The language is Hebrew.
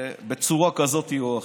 בצורה כזאת או אחרת.